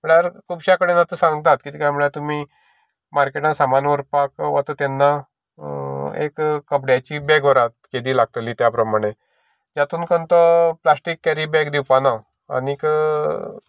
म्हळ्यार खुबश्या कडेन आतां सांगतात कितें काय म्हळ्यार तुमी मार्केटान सामान व्हरपाक तेन्ना एक कपड्याची बेग व्हरतात केदी लागतली त्या प्रमाणे तेतून तुमकां तो प्लास्टिक केरी बेग दिवपाना आनीक